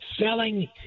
selling